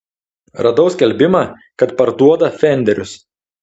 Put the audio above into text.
radau skelbimą kad parduoda fenderius